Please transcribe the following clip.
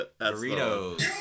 Burritos